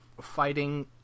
fighting